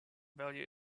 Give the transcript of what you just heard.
value